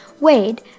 Wade